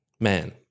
Man